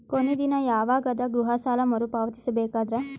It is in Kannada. ಕೊನಿ ದಿನ ಯವಾಗ ಅದ ಗೃಹ ಸಾಲ ಮರು ಪಾವತಿಸಬೇಕಾದರ?